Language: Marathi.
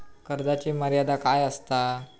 कर्जाची मर्यादा काय असता?